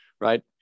right